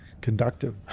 conductive